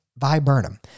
viburnum